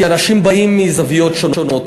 כי אנשים באים מזוויות שונות,